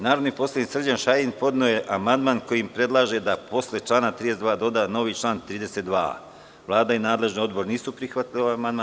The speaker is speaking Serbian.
Narodni poslanik Srđan Šajn podneo je amandman kojim predlaže da posle člana 32. doda novi član 32a. Vlada i nadležni odbor nisu prihvatili ovaj amandman.